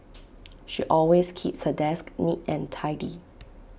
she always keeps her desk neat and tidy